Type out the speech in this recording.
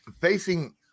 facing